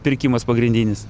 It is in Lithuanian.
pirkimas pagrindinis